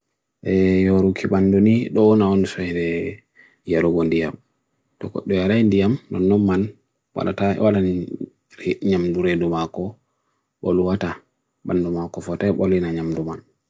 yorukipan duni doonaon sehre yarugon diyam. Tokok doyara indyam nanuman parata walan nyam duredumako boluata bananumako fotey bolina nyam duman.